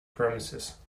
promises